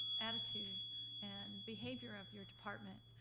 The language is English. attitude and behavior of your department.